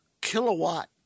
kilowatt